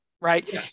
right